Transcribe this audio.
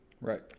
Right